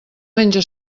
menja